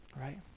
right